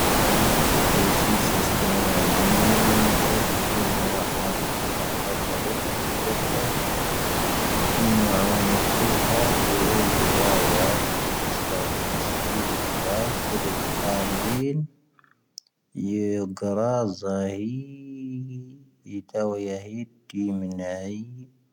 ⵏⴰⴽⴰ ⵙⵉⵜⴰ ⵢⵉⵙⵉⵙⵉⵙⵜⴰⵏ ⵡⴰ ⵏⵎⵏ ⴻⴽ ⵏⵏ ⵏⵡⴰ ⴰⵡⴰⵏⵉ ⵙⵓⵀⴰ ⵡⴰ ⵜⴰⵔⵉⴷⵏⴰ ⴽⵙⵓⴼⴰ. ⵏⵏ ⵏⵡⴰ ⴰⵡⴰⵏⵉ ⵙⵓⵀⴰ ⴽⵡⴻⵡⴰⵔⵉ ⵢⴰⴰ ⵡⴰ ⴰⵍ ⵍⵉⵜⵙⵍⴰ ⵢⴻⵎⴻⵙⵍⵉ ⴳⵀⴰⴰⵙ. ⵍⵉⵜ ⴰⴰⵡⵉⵏ ⵢⵉ ⴳⴰⵔⴰ ⵣⴰⵀⵉ ⵢⵉ ⵜⴰⵡⵉⵢⴰⵀⵉ ⵜⴷⵉ ⵎⵏⴰⵀⵉ.